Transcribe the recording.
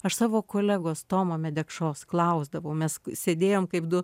aš savo kolegos tomo medekšos klausdavau mes sėdėjom kaip du